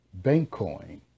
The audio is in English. Bankcoin